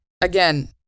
Again